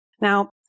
Now